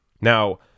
Now